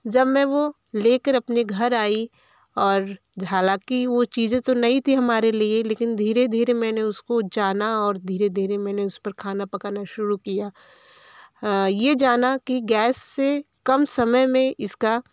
जब मैं वह लेकर अपने घर आई और हालांकि वे चीज़ें तो नई थी हमारे लिए लेकिन धीरे धीरे मैंने उसको जाना और धीरे धीरे मैंने उसपर खाना पकाना शुरु किया यह जाना कि गैस से कम समय में इसका